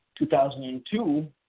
2002